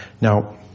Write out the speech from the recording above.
now